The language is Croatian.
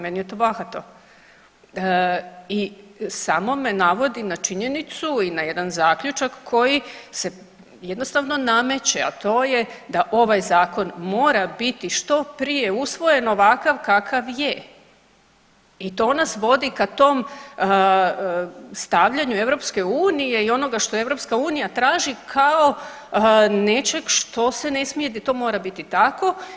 Meni je to bahato i samo me navodi na činjenicu i na jedan zaključak koji se jednostavno nameće, a to je da ovaj Zakon mora biti što prije usvojen ovakav kakav je i to nas vodi ka tom stavljanju Europske unije i onoga što Europska unija traži kao nečeg što se ne smije i da to mora biti tako.